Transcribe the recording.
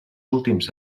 últims